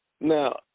Now